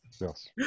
Yes